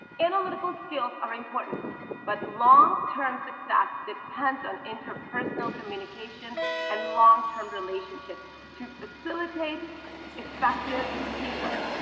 analytical skills are important but long-term success depends on interpersonal coming occasion and long-term relationships to facilitate effective teamwork.